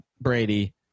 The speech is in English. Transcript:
Brady